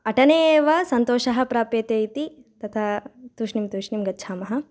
अटने एव सन्तोषः प्राप्यते इति तथा तूष्णिं तूष्णिं गच्छामः